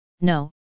no